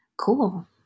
Cool